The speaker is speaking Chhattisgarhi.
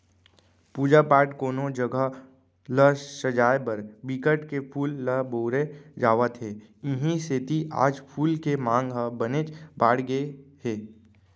पूजा पाठ, कोनो जघा ल सजाय बर बिकट के फूल ल बउरे जावत हे इहीं सेती आज फूल के मांग ह बनेच बाड़गे गे हे